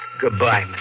Goodbye